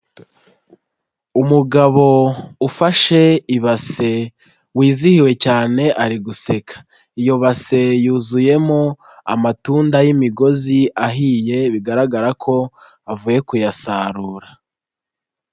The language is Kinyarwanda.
Umugabo ufashe ibase wizihiwe cyane ari guseka, iyo base yuzuyemo amatunda y'imigozi ahiye bigaragara ko avuye kuyasarura.